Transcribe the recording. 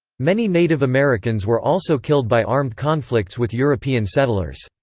many native americans were also killed by armed conflicts with european settlers.